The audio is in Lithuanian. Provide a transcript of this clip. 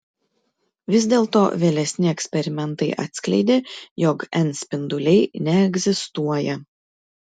vis dėlto vėlesni eksperimentai atskleidė jog n spinduliai neegzistuoja